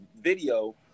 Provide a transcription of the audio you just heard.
video